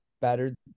better